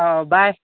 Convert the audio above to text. ꯑꯣ ꯕꯥꯏ